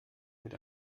mit